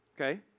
Okay